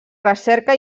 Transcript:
recerca